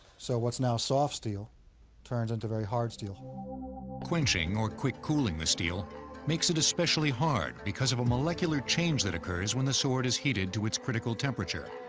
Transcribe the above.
so what's now soft steel turns into very hard steel. narrator quenching or quick cooling the steel makes it especially hard because of a molecular change that occurs when the sword is heated to its critical temperature.